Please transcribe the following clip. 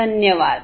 धन्यवाद